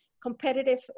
competitive